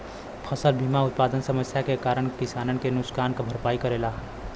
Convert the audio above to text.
फसल बीमा उत्पादन समस्या के कारन किसानन के नुकसान क भरपाई करेला